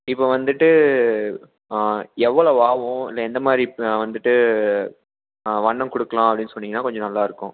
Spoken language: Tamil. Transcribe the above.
இப்போ வந்துவிட்டு எவ்வளவு ஆகும் இல்லை எந்த மாதிரி வந்துவிட்டு வண்ணம் கொடுக்கலாம் அப்படினு சொன்னீங்கன்னா கொஞ்சம் நல்லா இருக்கும்